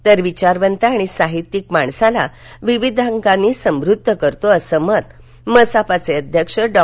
तर विचारवंत आणि साहित्यिक माणसाला विविधांगानं समृध्द करतो असं मत मसापचे अध्यक्ष डॉ